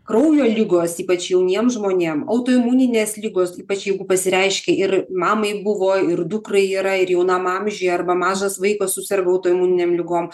kraujo ligos ypač jauniem žmonėm autoimuninės ligos ypač jeigu pasireiškia ir mamai buvo ir dukrai yra ir jaunam amžiuje arba mažas vaikas suserga autoimuninėm ligom